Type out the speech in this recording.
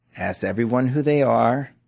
ask everyone who they are,